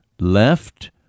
left